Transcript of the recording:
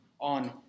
on